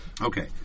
Okay